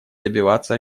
добиваться